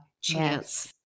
chance